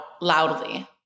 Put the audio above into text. loudly